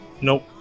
Nope